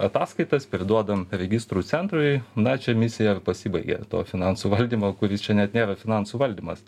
ataskaitas priduodam registrų centrui na čia misija ir pasibaigia to finansų valdymo kuris čia net nėra finansų valdymas